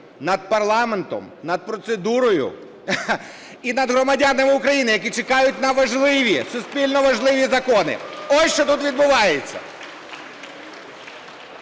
над парламентом, над процедурою і над громадянами України, які чекають на важливі, суспільно важливі закони. Ось, що тут відбувається.